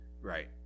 Right